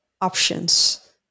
options